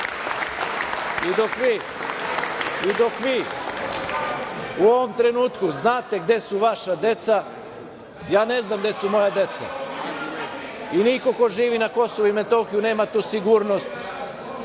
bilo! Dok vi u ovom trenutku znate gde su vaša deca, ja ne znam gde su moja deca. I niko ko živi na Kosovu i Metohiji nema tu sigurnost